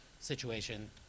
Situation